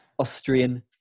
austrian